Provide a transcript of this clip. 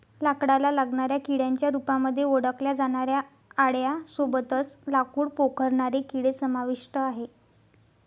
लाकडाला लागणाऱ्या किड्यांच्या रूपामध्ये ओळखल्या जाणाऱ्या आळ्यां सोबतच लाकूड पोखरणारे किडे समाविष्ट आहे